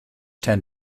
tend